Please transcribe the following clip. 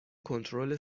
کنترل